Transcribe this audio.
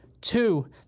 Two